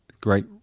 great